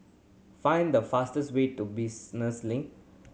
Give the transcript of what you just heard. find the fastest way to Business Link